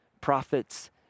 prophets